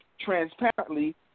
transparently